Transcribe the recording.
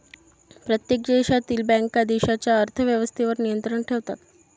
प्रत्येक देशातील बँका देशाच्या अर्थ व्यवस्थेवर नियंत्रण ठेवतात